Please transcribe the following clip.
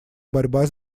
борьба